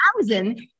thousand